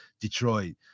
Detroit